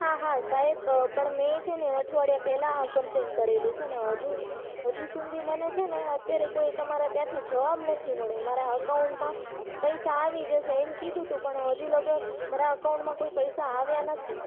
હા હા સાહેબ પણ મેં છે ને અઠવાડિયા પહેલાં આ કંપલેન કરેલી છે ને હજુ હજુ સુધી મને છે ને અત્યારે કોઈ તમારા ત્યાંથી જવાબ નથી મળ્યો મારા અકાઉન્ટમાં પૈસા આવી જશે એમ કીધું તું પણ હજુ લગન મારાં અકાઉન્ટમાં કોઈ પૈસા આવ્યા નથી